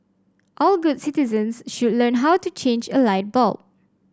all good citizens should learn how to change a light bulb